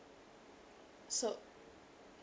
so